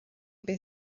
beth